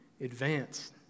advance